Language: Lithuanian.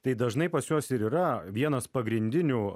tai dažnai pas juos ir yra vienas pagrindinių